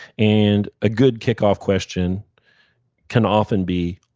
and a good kickoff question can often be,